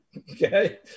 Okay